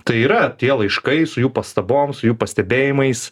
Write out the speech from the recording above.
tai yra tie laiškai su jų pastabom su jų pastebėjimais